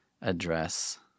address